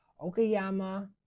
okayama